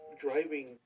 driving